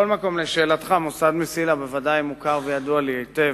לשאלתך, מוסד "מסילה" בוודאי מוכר וידוע לי היטב.